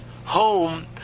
home